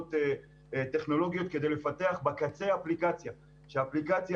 חברות טכנולוגיות כדי לפתח בקצה אפליקציה שהאפליקציה